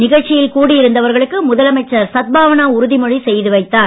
நிகழ்ச்சியில் கூடியிருந்தவர்களுக்கு முதலமைச்சர் சத்பாவானா உறுதிமொழி செய்து வைத்தார்